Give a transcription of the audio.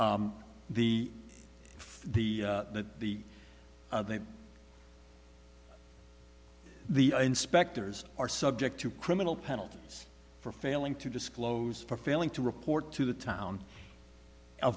the the the the inspectors are subject to criminal penalties for failing to disclose for failing to report to the town a